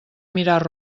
mirar